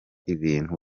ibintu